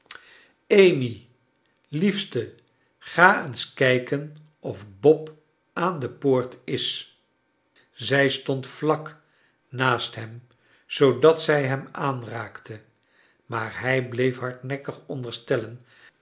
amy liefste ga eens krjken of bob aan de poort is zij stond vlak naast hem zoodat zij hem aanraakte maar hij bleef hardnekkig onderstellen